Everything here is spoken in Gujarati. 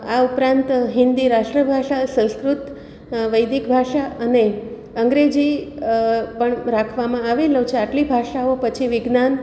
આ ઉપરાંત હિન્દી રાષ્ટ્રભાષા સંસ્કૃત વૈદિક ભાષા અને અંગ્રેજી પણ રાખવામાં આવેલો છે આટલી ભાષાઓ પછી વિજ્ઞાન